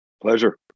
pleasure